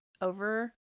over